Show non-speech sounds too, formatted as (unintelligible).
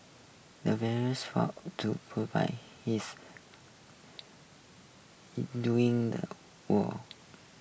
the veterans fought to (unintelligible) his during the war (noise)